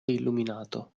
illuminato